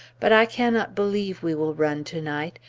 but i cannot believe we will run to-night.